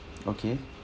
okay